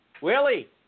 Willie